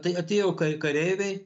tai atėjo kai kareiviai